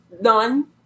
none